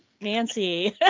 Nancy